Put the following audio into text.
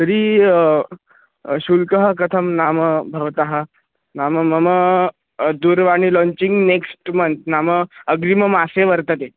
तर्हि शुल्कः कथं नाम भवतः नाम मम दूरवाणी लाञ्चिङ्ग् नेक्स्ट् मन्त् नाम अग्रिममासे वर्तते